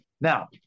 Now